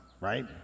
Right